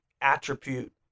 attribute